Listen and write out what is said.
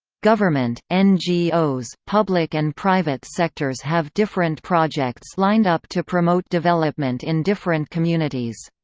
government, ngos, public and private sectors have different projects lined up to promote development in different communities.